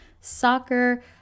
soccer